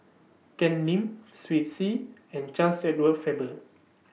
Ken Lim Twisstii and Charles Edward Faber